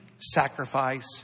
sacrifice